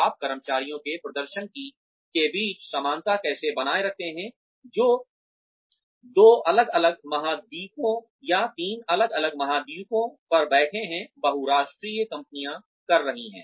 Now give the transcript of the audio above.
आप कर्मचारियों के प्रदर्शन के बीच समानता कैसे बनाए रखते हैं जो दो अलग अलग महाद्वीपों या तीन अलग अलग महाद्वीपों पर बैठे हैं बहु राष्ट्रीय कंपनियां कर रही हैं